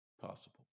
possible